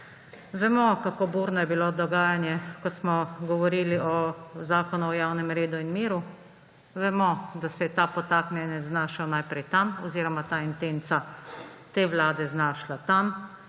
Vemo, kako burno je bilo dogajanje, ko smo govoril o Zakonu o javnem redu in miru. Vemo, da se je ta podtaknjenec znašel najprej tam oziroma ta intenca te vlade znašla tam,